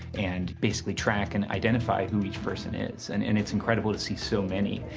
and basically track and identify who each person is. and and it's incredible to see so many,